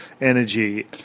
energy